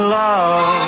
love